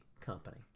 company